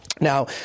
Now